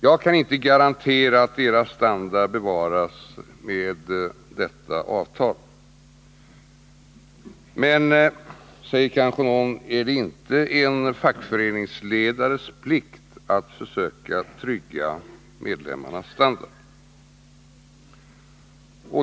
Jag kan inte garantera att deras standard bevaras med detta avtal. Men, säger kanske någon, är det inte en fackföreningsledares plikt att försöka trygga medlemmarnas standard?